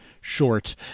short